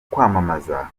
kwamamaza